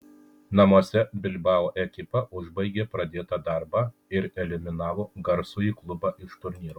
namuose bilbao ekipa užbaigė pradėtą darbą ir eliminavo garsųjį klubą iš turnyro